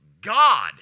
God